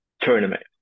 tournament